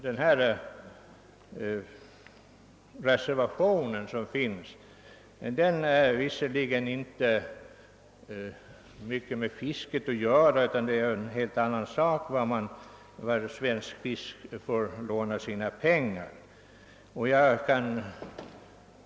| Den reservation som föreligger har egentligen inte mycket med fisket att göra utan gäller något annat, nämligen var föreningen Svensk fisk skall få låna sina pengar.